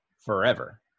forever